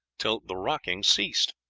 till the rocking ceased.